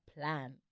plan